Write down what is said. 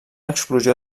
explosió